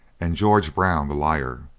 and george brown the liar.